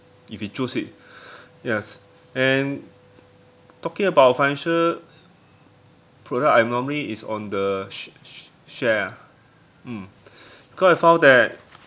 if we choose it yes and talking about financial product I'm normally is on the sh~ sh~ share ah mm cause I found that